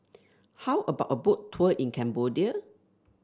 how about a Boat Tour in Cambodia